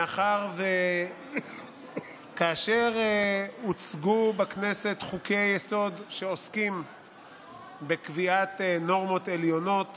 מאחר שכאשר הוצגו בכנסת חוקי-יסוד שעוסקים בקביעת נורמות עליונות